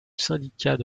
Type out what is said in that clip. syndicat